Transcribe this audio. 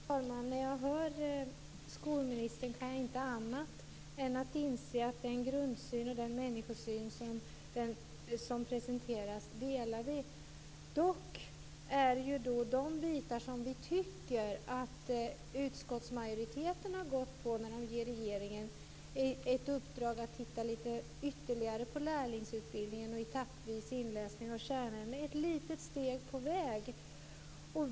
Fru talman! När jag hör skolministern kan jag inte annat än inse att vi delar den grundsyn och människosyn som presenterats. Att utskottsmajoriteten vill ge regeringen i uppdrag att titta ytterligare på lärlingsutbildningen och en etappvis inläsning av kärnämnena är ett litet steg på väg.